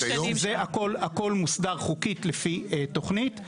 הכול מוסדר חוקית לפי תוכנית,